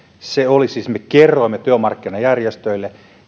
siis me kerroimme työmarkkinajärjestöille